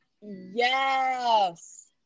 yes